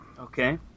okay